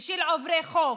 ושל עוברי חוק.